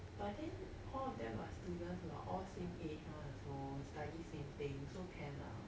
but then all of them are students what all same age one also study same thing so can lah